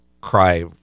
cry